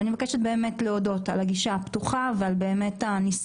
אני מבקשת להודות על הגישה הפתוחה ועל הניסיון